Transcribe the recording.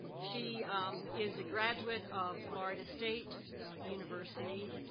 she is a graduate of florida state university,